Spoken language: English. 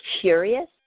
curious